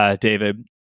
David